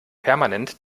permanent